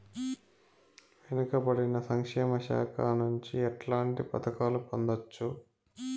వెనుక పడిన సంక్షేమ శాఖ నుంచి ఎట్లాంటి పథకాలు పొందవచ్చు?